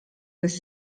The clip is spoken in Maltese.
fis